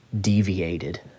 deviated